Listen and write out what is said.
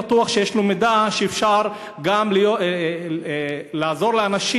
בטוח שיש לו מידע שיכול גם לעזור לאנשים